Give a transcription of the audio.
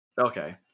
Okay